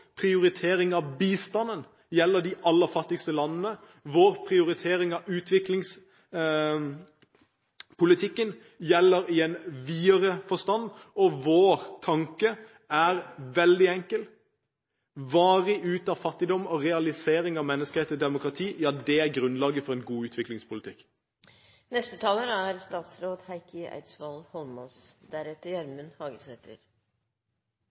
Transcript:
prioritering av utviklingspolitikken gjelder i en videre forstand. Vår tanke er veldig enkel: Varig ut av fattigdom og realisering av menneskerettigheter og demokrati er grunnlaget for en god utviklingspolitikk. Jeg tenkte jeg skulle begynne med å si det siste. Det er